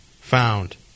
found